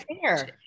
fair